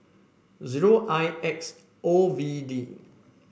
zero I X O V D